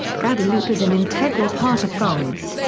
guadeloupe is an integral part of france,